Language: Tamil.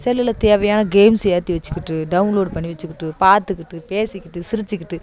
செல்லில் தேவையான கேம்ஸ் ஏற்றி வச்சிக்கிட்டு டவுன்லோட் பண்ணி வச்சிக்கிட்டு பார்த்துக்கிட்டு பேசிக்கிட்டு சிரிச்சிக்கிட்டு